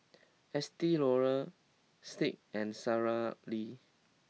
Estee Lauder Schick and Sara Lee